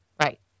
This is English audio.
Right